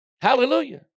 Hallelujah